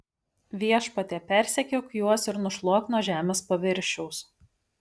viešpatie persekiok juos ir nušluok nuo žemės paviršiaus